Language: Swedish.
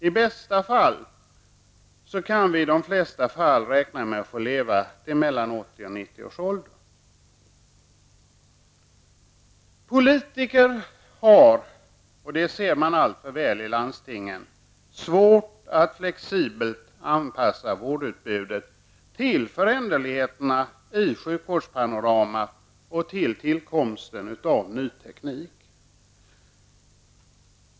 I bästa fall kan vi räkna med att få leva till mellan 80 och Politiker har, och det ser man alltför väl i landstingen, svårt att flexibelt anpassa vårdutbudet till föränderligheterna i sjukvårdspanoramat och till tillkomsten av ny teknik.